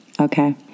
okay